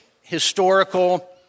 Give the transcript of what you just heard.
historical